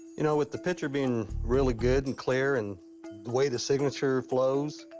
you know, with the picture being really good and clear and way the signature flows,